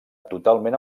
totalment